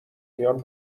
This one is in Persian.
میان